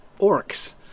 orcs